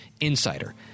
insider